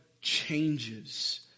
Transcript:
changes